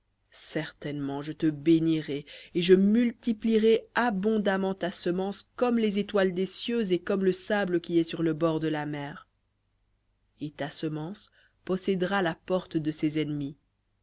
certainement je te bénirai et je multiplierai abondamment ta semence comme les étoiles des cieux et comme le sable qui est sur le bord de la mer et ta semence possédera la porte de ses ennemis